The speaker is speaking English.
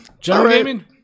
Gaming